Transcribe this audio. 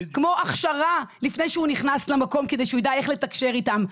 הכשרה לפני שהוא נכנס למקום כדי שיידע איך לתקשר איתם.